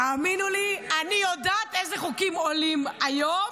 תאמינו לי, אני יודעת איזה חוקים עולים היום.